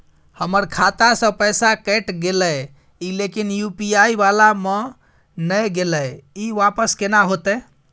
हमर खाता स पैसा कैट गेले इ लेकिन यु.पी.आई वाला म नय गेले इ वापस केना होतै?